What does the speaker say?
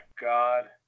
god